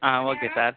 ah okay sir